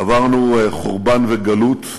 עברנו חורבן וגלות,